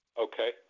Okay